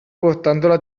portandola